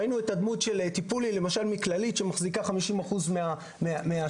ראינו את הדמות של טיפולי למשל מכללית שמחזיקה 50% מהשוק.